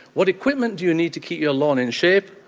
what equipment do you need to keep your lawn in shape?